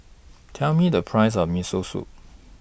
Tell Me The Price of Miso Soup